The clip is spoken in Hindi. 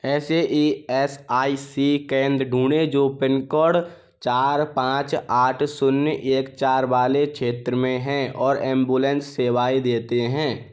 ऐसे ई एस आई सी केंद्र ढूँढें जो पिनकोड चार पाँच आठ शून्य एक चार वाले क्षेत्र में हैं और एंबुलेंस सेवाएँ देते हैं